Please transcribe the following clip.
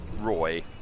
Roy